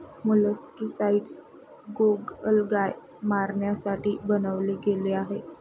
molluscicides गोगलगाय मारण्यासाठी बनवले गेले आहे